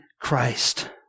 Christ